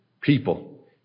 people